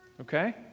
okay